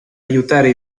aiutare